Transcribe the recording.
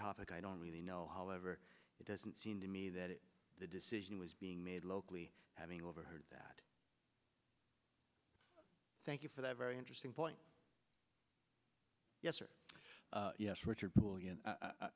topic i don't really know however it doesn't seem to me that the decision was being made locally having overheard that thank you for that very interesting point yes sir yes richard